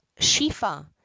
Shifa